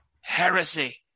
Heresy